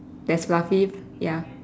there's fluffy ya